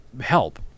help